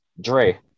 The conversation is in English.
Dre